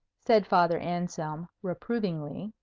said father anselm, reprovingly.